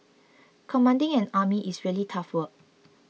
commanding an army is really tough work